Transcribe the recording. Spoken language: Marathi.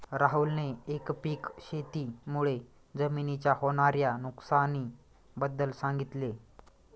राहुलने एकपीक शेती मुळे जमिनीच्या होणार्या नुकसानी बद्दल सांगितले